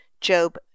Job